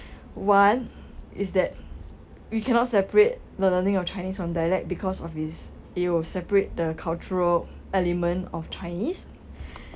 one is that we cannot separate the learning of chinese from dialect because of his it'll separate the cultural element of chinese